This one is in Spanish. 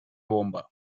bomba